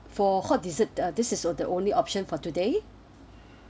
for hot dessert uh this is the only option for today